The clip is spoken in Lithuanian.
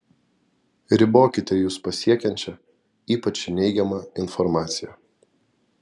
ribokite jus pasiekiančią ypač neigiamą informaciją